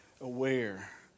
aware